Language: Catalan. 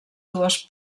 dues